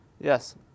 Yes